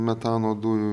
metano dujų